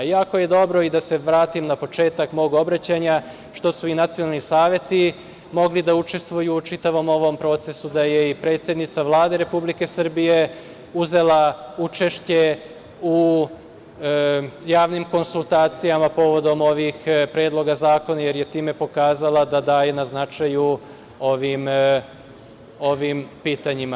Jako je dobro i da se vratim na početak mog obraćanja, što su i nacionalni saveti mogli da učestvuju u čitavom ovom procesu, da je i predsednica Vlade Republike Srbije uzela učešće u javnim konsultacijama povodom ovih predloga zakona jer je time pokazala da daje na značaju ovim pitanjima.